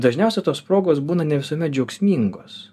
dažniausia tos progos būna ne visuomet džiaugsmingos